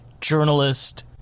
journalist